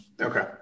Okay